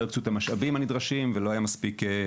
לא הקצו את המשאבים הנדרשים ולא היה קשב,